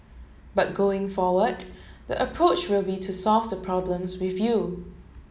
but going forward the approach will be to solve the problems with you